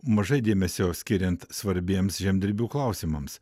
mažai dėmesio skiriant svarbiems žemdirbių klausimams